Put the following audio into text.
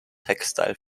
textile